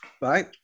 right